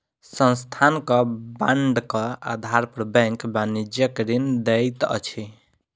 संस्थानक बांडक आधार पर बैंक वाणिज्यक ऋण दैत अछि